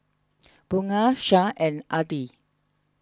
Bunga Shah and Adi